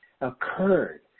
occurred